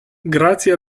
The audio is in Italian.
grazie